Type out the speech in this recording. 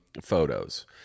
photos